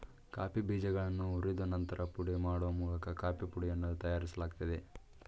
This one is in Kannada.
ಕಾಫಿ ಬೀಜಗಳನ್ನು ಹುರಿದು ನಂತರ ಪುಡಿ ಮಾಡೋ ಮೂಲಕ ಕಾಫೀ ಪುಡಿಯನ್ನು ತಯಾರಿಸಲಾಗ್ತದೆ